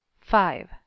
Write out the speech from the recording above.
five